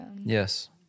Yes